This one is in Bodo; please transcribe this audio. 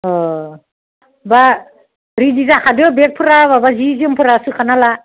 अ होनबा रेडि जाखादो बेकफोरा माबा जि जोमफोरा सोखाना ला